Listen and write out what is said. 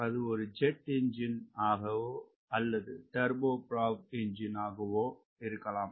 அது ஒரு jet engine ஆகவோ அல்லது டர்போ ப்ரொப் என்ஜின் ஆகவோ இருக்கலாம்